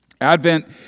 Advent